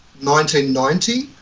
1990